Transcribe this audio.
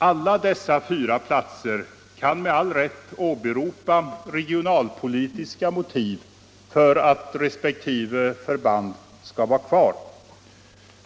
Alla dessa fyra platser kan med all rätt åberopa regionalpolitiska motiv för att resp. förband skall vara kvar.